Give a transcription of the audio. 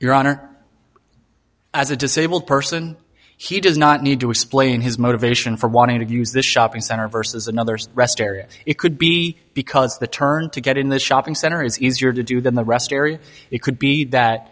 your honor as a disabled person he does not need to explain his motivation for wanting to use the shopping center versus another rest area it could be because the turn to get in the shopping center is easier to do than the rest area it could be that